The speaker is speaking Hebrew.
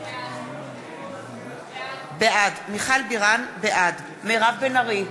בעד מירב בן ארי,